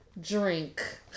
Drink